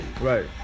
Right